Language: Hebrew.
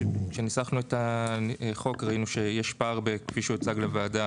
כשניסחנו את החוק ראינו שיש פער כפי שהוצג לוועדה